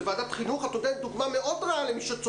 זאת ועדת חינוך ואת נותנת דוגמה מאוד רעה למי שצופה בנו.